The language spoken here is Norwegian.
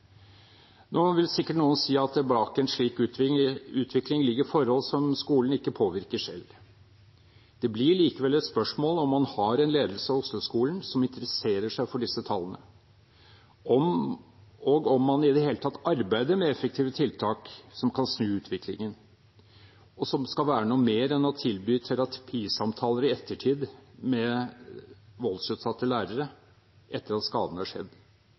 Nå vil sikkert noen si at bak en slik utvikling ligger forhold som skolen ikke påvirker selv. Det blir likevel et spørsmål om man har en ledelse av Osloskolen som interesserer seg for disse tallene, og om man i det hele tatt arbeider med effektive tiltak som kan snu utviklingen, og som skal være noe mer enn å tilby terapisamtaler i ettertid med voldsutsatte lærere, etter at skaden har skjedd.